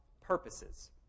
purposes